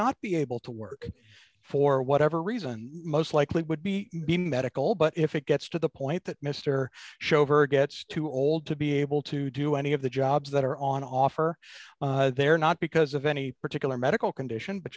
not be able to work for whatever reason most likely would be the medical but if it gets to the point that mr chauffeur gets too old to be able to do any of the jobs that are on offer there not because of any particular medical condition but